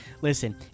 Listen